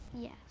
Yes